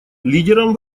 лидером